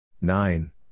Nine